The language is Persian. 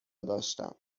داشتم